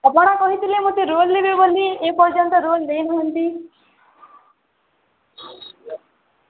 ଆପଣ କହିଥିଲେ ମୋତେ ରୋଲ୍ ଦେବେ ବୋଲି ଏପର୍ଯ୍ୟନ୍ତ ରୋଲ୍ ଦେଇ ନାହାନ୍ତି